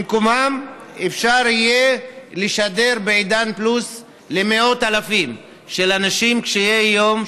במקום זה אפשר יהיה לשדר בעידן פלוס למאות אלפי אנשים קשי יום,